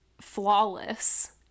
flawless